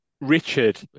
Richard